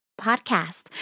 Podcast